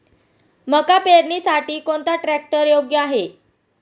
मका पेरणीसाठी कोणता ट्रॅक्टर योग्य आहे?